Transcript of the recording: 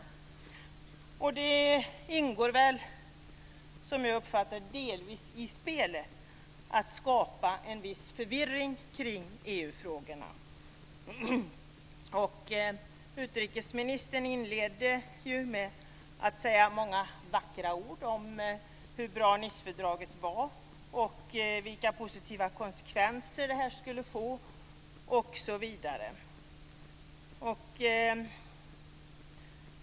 Som jag uppfattar det ingår det väl delvis i spelet att skapa en viss förvirring kring Utrikesministern inledde med att säga många vackra ord om hur bra Nicefördraget är och vilka positiva konsekvenser det kommer att få osv.